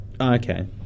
Okay